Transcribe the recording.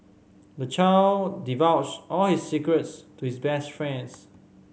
the child divulge all his secrets to his best friends